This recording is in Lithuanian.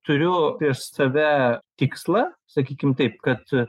turiu prieš save tikslą sakykim taip kad